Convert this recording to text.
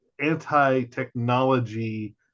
anti-technology